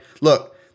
look